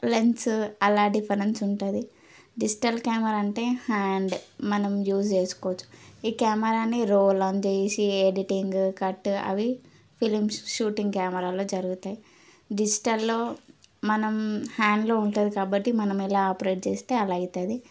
lens అలా difference ఉంటుంది digital camera అంటే హ్యాండ్ మనం యూస్ చేసుకోవచ్చు ఈ కెమెరాని రోల్ ఆన్ చేసి ఎడిటింగ్ కట్ అవి ఫిలిమ్స్ షూటింగ్ కెమెరాలో జరుగుతాయి డిజిటల్లో మనం హ్యాండ్లో ఉంటుంది కాబట్టి మనం ఎలా ఆపరేట్ చేస్తే అలా అవుతుంది